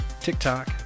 TikTok